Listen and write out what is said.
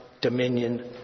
dominion